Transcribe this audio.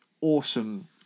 Awesome